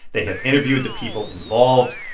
they have interviewed the people involved.